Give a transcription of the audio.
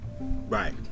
Right